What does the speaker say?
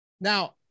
Now